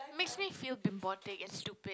makes me feel bimbotic and stupid